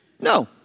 No